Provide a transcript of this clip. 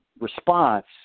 response